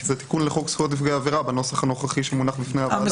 כי זה תיקון לחוק זכויות נפגעי עבירה בנוסח הנוכחי שמונח בפני הוועדה.